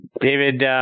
David